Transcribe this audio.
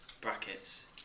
brackets